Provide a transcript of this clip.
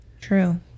True